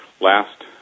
last